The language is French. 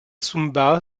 sumba